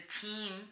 team